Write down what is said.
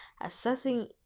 assessing